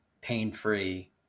pain-free